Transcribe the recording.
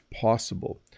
possible